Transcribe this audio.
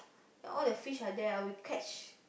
all the fish are there ah we catch